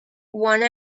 one